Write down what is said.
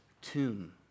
tomb